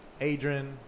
Adrian